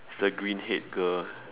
the green head girl